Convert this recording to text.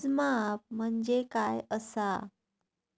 मोजमाप म्हणजे काय असा?